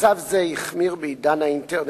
מצב זה החמיר בעידן האינטרנט,